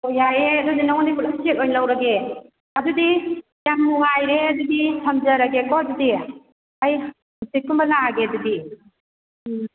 ꯍꯣ ꯌꯥꯏꯌꯦ ꯑꯗꯨꯗꯤ ꯅꯉꯣꯟꯗꯩ ꯄꯨꯂꯞ ꯁꯦꯠ ꯑꯣꯏꯅ ꯂꯧꯔꯒꯦ ꯑꯗꯨꯗꯤ ꯌꯥꯝ ꯅꯨꯡꯉꯥꯏꯔꯦ ꯑꯗꯨꯗꯤ ꯊꯝꯖꯔꯒꯦꯀꯣ ꯑꯗꯨꯗꯤ ꯑꯩ ꯍꯥꯡꯆꯤꯠꯀꯨꯝꯕ ꯂꯥꯛꯑꯒꯦ ꯑꯗꯨꯗꯤ ꯎꯝ